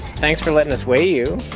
thanks for letting us weigh you.